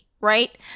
right